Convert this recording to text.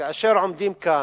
וכאשר עומדים כאן,